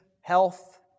health